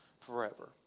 forever